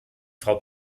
frau